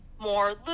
more